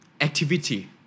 activity